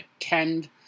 attend